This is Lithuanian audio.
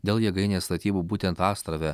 dėl jėgainės statybų būtent astrave